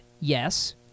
yes